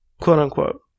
quote-unquote